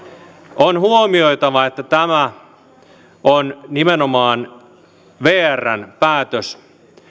on huomioitava että tämä on nimenomaan vrn päätös